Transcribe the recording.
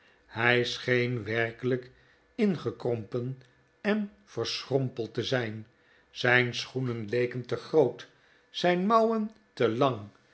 hij scheen werkelijk ingekrompen en verschrompeld te zijn zijn schoenen leken te groot zijn mouwen te lang